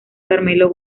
carmelo